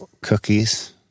cookies